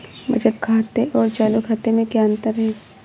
बचत खाते और चालू खाते में क्या अंतर है?